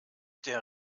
der